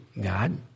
God